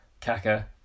Kaka